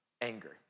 anger